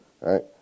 right